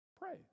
Pray